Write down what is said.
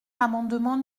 l’amendement